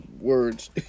words